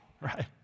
Right